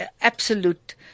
absolute